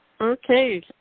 okay